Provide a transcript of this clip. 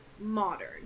Modern